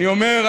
אני אומר,